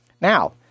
Now